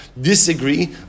disagree